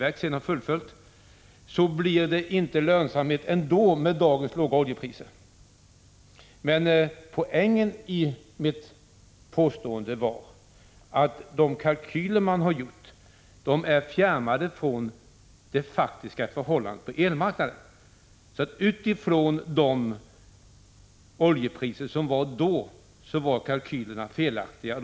1985/86:124 och statens energiverk sedan fullföljt, ändå inte blir någon lönsamhet med dagens låga oljepriser. Poängen i mitt påstående var att de kalkyler man har gjort är fjärmade från det faktiska förhållandet på elmarknaden. Kalkylerna var felaktiga utifrån de oljepriser som gällde då.